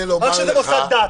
רק כשזה מוסד דת?